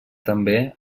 també